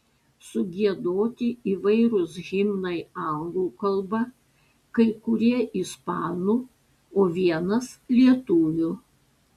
sugiedoti įvairūs himnai anglų kalba kai kurie ispanų o vienas lietuvių